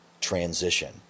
transition